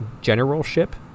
generalship